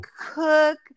cook